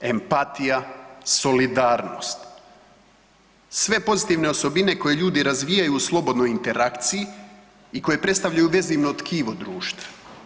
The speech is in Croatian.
empatija, solidarnost, sve pozitivne osobine koje ljudi razvijaju u slobodnoj interakciji i koje predstavljaju vezivno tkivo društva.